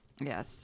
Yes